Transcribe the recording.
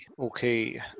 okay